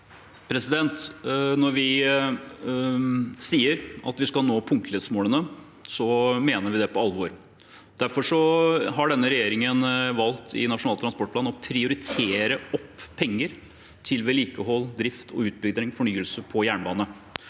Når vi sier at vi skal nå punktlighetsmålene, mener vi det på alvor. Derfor har denne regjeringen i Nasjonal transportplan valgt å prioritere penger til vedlikehold, drift, utbedring og fornyelse av jernbane.